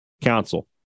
Council